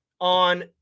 on